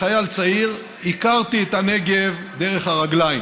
כחייל צעיר, הכרתי את הנגב דרך הרגליים.